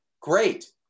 Great